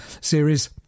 series